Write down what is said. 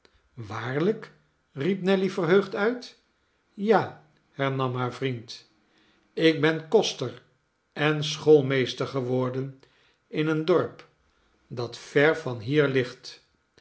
waarlijk riep nelly verheugd uit ja hernam haar vriend ik ben koster en schoolmeester geworden in een dorp dat ver van hier ligt